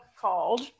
called